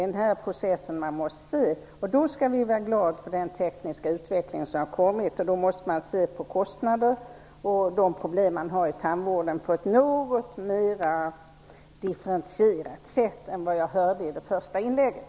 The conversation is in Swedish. Den är den processen man måste se. Vi skall vara glada för den tekniska utveckling som har kommit. Man måste då se på kostnader och de problem man har i tandvården på ett något mer differentierat sätt än vad jag hörde i det första inlägget.